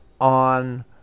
on